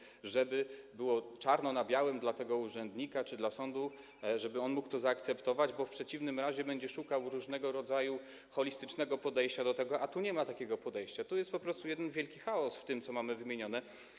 Chodzi o to, żeby to było czarno na białym dla urzędnika czy dla sądu, żeby on mógł to zaakceptować, bo w przeciwnym razie będzie szukał różnego rodzaju holistycznego podejścia do tego, a tu nie ma takiego podejścia, tu jest po prostu jeden wielki chaos w tym, co mamy wymienione.